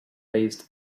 based